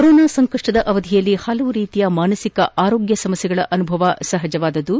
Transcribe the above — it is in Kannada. ಕೊರೋನಾ ಸಂಕಷ್ಟದ ಅವಧಿಯಲ್ಲಿ ಹಲವು ರೀತಿಯ ಮಾನಸಿಕ ಆರೋಗ್ಯ ಸಮಸ್ಥೆಗಳ ಅನುಭವ ಸಹಜವಾಗಿದ್ದು